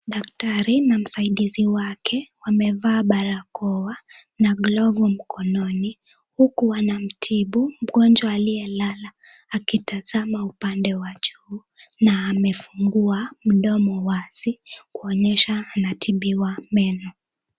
Daktari na msaidizi wake wamevaa barakoa na glovu na mkononi, huku wanamtibu mgonjwa aliyelala akitazama upande wa juu na amefunguwa mdomo wazi, kuonyesha anatibiwa meno.